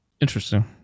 Interesting